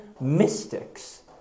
mystics